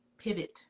pivot